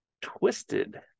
twisted